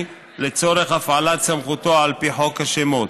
לצורך הפעלת סמכותו על פי חוק השמות,